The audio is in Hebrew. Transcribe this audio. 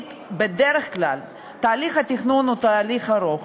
בדרך כלל תהליך התכנון הוא תהליך ארוך,